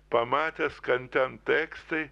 pamatęs kad ten tekstai